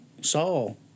Saul